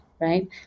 right